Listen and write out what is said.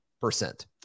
percent